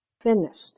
finished